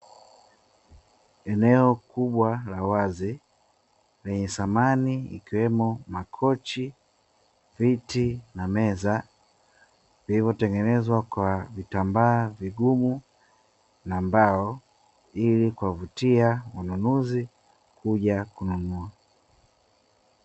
Eneo kubwa la wazi lenye samani ikiwemo makochi, viti na meza vilivyo tengenezwa kwa vitambaa vigumu na mbao ili kuwavutia wanunuzi kuja kununua.